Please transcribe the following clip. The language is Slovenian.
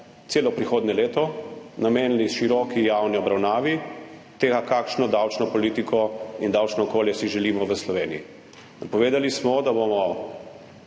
celo prihodnje leto namenili široki javni obravnavi tega, kakšno davčno politiko in davčno okolje si želimo v Sloveniji. Napovedali smo, da bomo